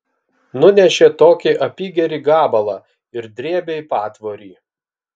nunešė tokį apygerį gabalą ir drėbė į patvorį